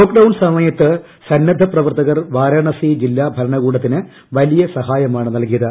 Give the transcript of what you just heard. lockdown സമയത്ത് സ്രിന്ന്ദ്ധ പ്രവർത്തകർ വാരാണസി ജില്ലാ ഭരണകൂടത്തിന് വലിയ്ക്സ്ഹായമാണ് നല്കിയത്